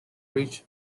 reach